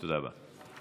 תודה רבה.